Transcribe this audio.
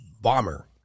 bomber